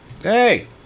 Hey